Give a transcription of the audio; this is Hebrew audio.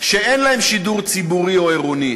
שאין להם שידור ציבורי או עירוני,